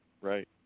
Right